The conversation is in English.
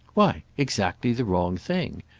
why exactly the wrong thing.